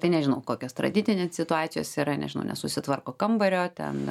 tai nežinau kokios traditinė situacijos yra nežinau nesusitvarko kambario ten